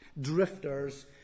drifters